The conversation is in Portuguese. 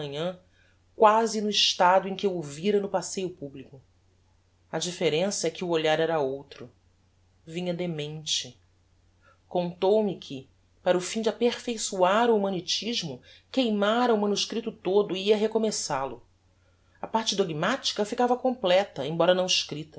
manhã quasi no estado em que eu o vira no passeio publico a differença é que o olhar era outro vinha demente contou-me que para o fim de aperfeiçoar o humanitismo queimára o manuscripto todo e ia recomeçal o a parte dogmatica ficava completa embora não